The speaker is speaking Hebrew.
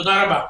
תודה רבה.